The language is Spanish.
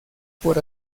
por